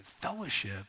fellowship